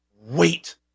wait